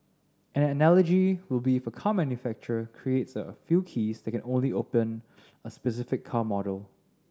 an analogy will be if a car manufacturer creates a few keys that can only open a specific car model